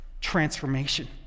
transformation